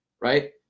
right